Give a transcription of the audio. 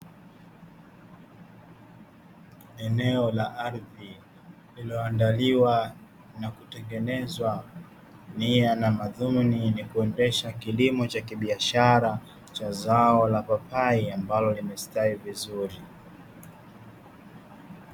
Eneo la ardhi lililoandaliwa na kutengenezwa nia na madhumuni, ni kuendesha kilimo cha kibiashara cha zao la papai ambalo limestawi vizuri.